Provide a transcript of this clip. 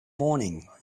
morning